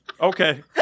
Okay